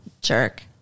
jerk